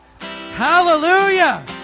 Hallelujah